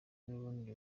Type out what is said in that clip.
n’ubundi